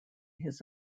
his